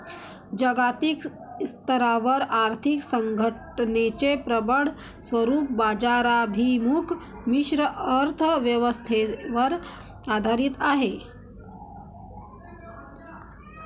जागतिक स्तरावर आर्थिक संघटनेचे प्रबळ स्वरूप बाजाराभिमुख मिश्र अर्थ व्यवस्थेवर आधारित आहे